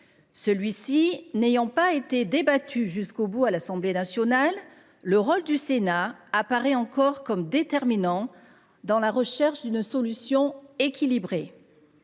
Celui ci n’ayant pas été débattu jusqu’au bout à l’Assemblée nationale, le rôle du Sénat apparaît une fois encore comme déterminant dans la recherche d’une solution équilibrée.